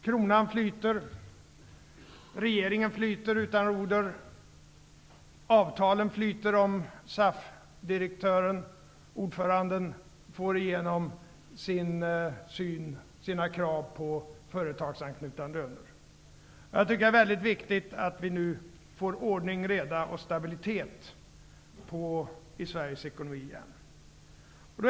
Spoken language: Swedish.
Kronan flyter, regeringen flyter utan roder och avtalen flyter om SAF-ordföranden får igenom sina krav på företagsanknutna löner. Jag tycker att det är mycket viktigt att vi nu får ordning, reda och stabilitet i Sveriges ekonomi igen.